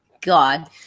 God